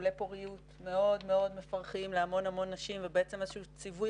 טיפולי פוריות מאוד מאוד מפרכים להמון נשים ואיזה שהוא ציווי